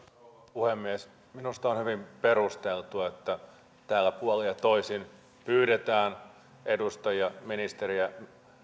puhemies minusta on hyvin perusteltua että täällä puolin ja toisin pyydetään edustajia ministeriä